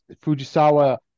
Fujisawa